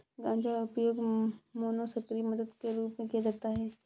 गांजा उपयोग मनोसक्रिय मादक के रूप में किया जाता है